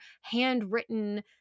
handwritten